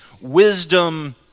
wisdom